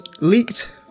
leaked